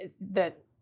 that-